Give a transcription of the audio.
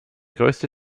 größte